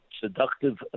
seductive